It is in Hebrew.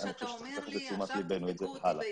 מה שאתה אומר לי: עכשיו תבדקו אותי ב-2020.